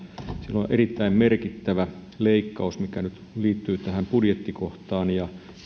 on erittäin merkittävä leikkaus mikä nyt liittyy tähän budjettikohtaan ja